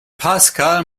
paschal